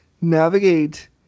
navigate